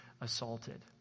assaulted